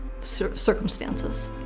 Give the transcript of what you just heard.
circumstances